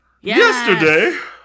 Yesterday